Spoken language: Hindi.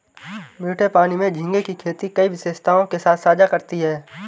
मीठे पानी में झींगे की खेती कई विशेषताओं के साथ साझा करती है